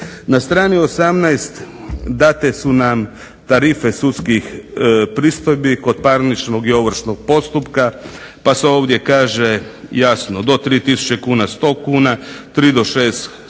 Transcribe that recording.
Na strani 18. date su nam tarife sudskih pristojbi kod parničnog i ovršnog postupka pa se ovdje kaže jasno do 3000 kuna 100 kuna, 3 do 6000 kuna